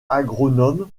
agronome